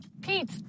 Pete